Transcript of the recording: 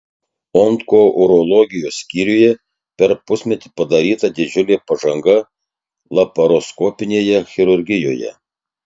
onkourologijos skyriuje per pusmetį padaryta didžiulė pažanga laparoskopinėje chirurgijoje